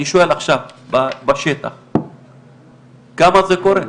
אני שואל עכשיו בשטח כמה זה קורה?